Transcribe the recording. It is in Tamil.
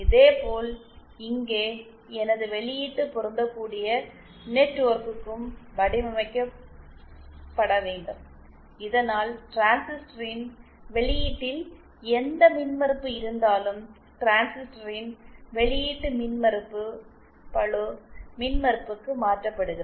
இதேபோல் இங்கே எனது வெளியீட்டு பொருந்தக்கூடிய நெட்வொர்க்கும் வடிவமைக்கப்பட வேண்டும் இதனால் டிரான்சிஸ்டரின் வெளியீட்டில் எந்த மின்மறுப்பு இருந்தாலும் டிரான்சிஸ்டரின் வெளியீட்டு மின்மறுப்பு பளு மின்மறுப்புக்கு மாற்றப்படுகிறது